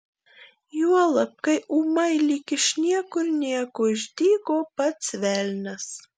juolab kai ūmai lyg iš niekur nieko išdygo pats velnias